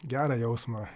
gerą jausmą